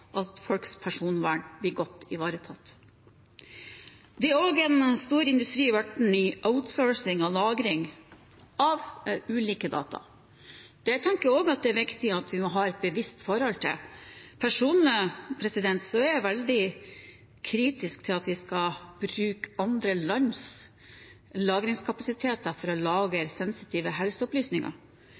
at folks personvern blir godt ivaretatt. Det har også blitt en stor industri innen outsourcing og lagring av ulike data. Det tenker jeg også det er viktig at vi har et bevisst forhold til. Personlig er jeg veldig kritisk til at vi skal bruke andre lands lagringskapasitet til å lagre sensitive helseopplysninger.